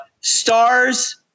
stars